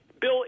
Bill